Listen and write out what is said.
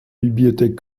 bibliothèque